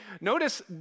notice